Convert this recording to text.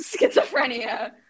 schizophrenia